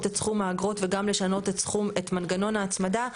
את סכום האגרות וגם לשנות את מנגנון ההצמדה.